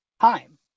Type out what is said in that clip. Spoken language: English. time